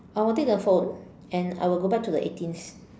I will take the phone and I will go back to the eighteens